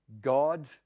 God